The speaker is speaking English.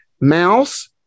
Mouse